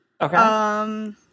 Okay